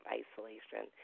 isolation